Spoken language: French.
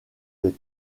des